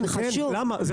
זה חשוב.